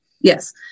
Yes